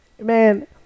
man